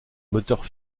moteurs